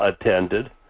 attended